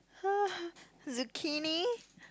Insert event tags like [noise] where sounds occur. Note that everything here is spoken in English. [laughs] zucchini